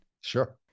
Sure